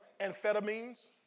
Amphetamines